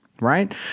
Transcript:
right